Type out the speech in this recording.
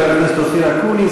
חבר הכנסת אופיר אקוניס.